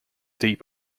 deep